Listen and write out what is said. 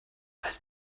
als